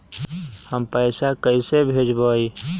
हम पैसा कईसे भेजबई?